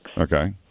Okay